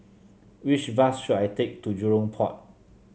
which bus should I take to Jurong Port